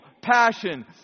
passion